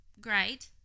great